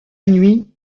nuit